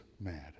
mad